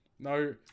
no